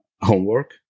homework